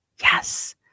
Yes